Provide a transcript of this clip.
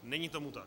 Není tomu tak.